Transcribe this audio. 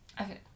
Okay